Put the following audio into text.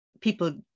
People